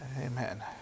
Amen